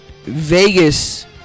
Vegas